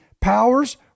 powers